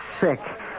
sick